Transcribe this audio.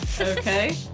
Okay